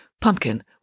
Pumpkin